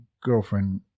girlfriend